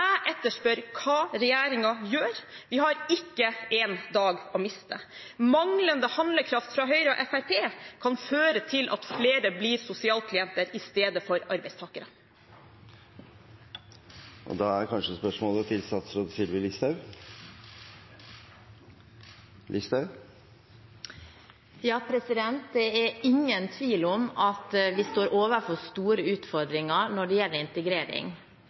etterspør hva regjeringen gjør. Vi har ikke en dag å miste. Manglende handlekraft fra Høyre og Fremskrittspartiet kan føre til at flere blir sosialklienter i stedet for arbeidstakere. Presidenten antar at spørsmålet er til statsråd Sylvi Listhaug. Det er ingen tvil om at vi står overfor store utfordringer når det gjelder integrering.